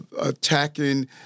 attacking